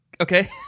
Okay